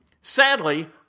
Sadly